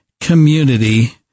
community